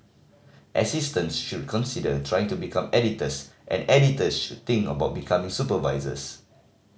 assistants should consider trying to become editors and editors should think about becoming supervisors